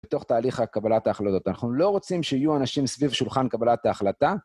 בתוך תהליך הקבלת ההחלטות, אנחנו לא רוצים שיהיו אנשים סביב שולחן קבלת ההחלטה.